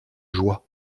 joie